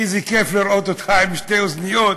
איזה כיף לראות אותך עם שתי אוזניות,